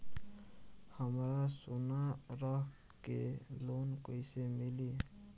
हमरा सोना रख के लोन कईसे मिली?